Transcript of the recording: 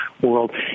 world